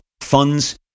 funds